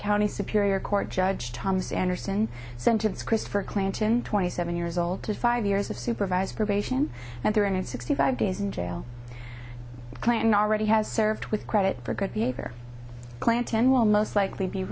county superior court judge thomas anderson sentence christopher clanton twenty seven years old to five years of supervised probation and there and sixty five days in jail clayton already has served with credit for good behavior clanton will most likely be